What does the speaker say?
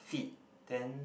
feet then